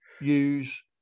use